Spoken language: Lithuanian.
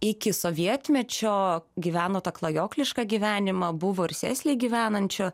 iki sovietmečio gyveno tą klajoklišką gyvenimą buvo ir sėsliai gyvenančių